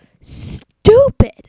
stupid